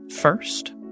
First